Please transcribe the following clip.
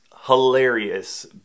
hilarious